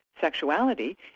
sexuality